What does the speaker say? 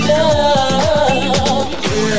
Love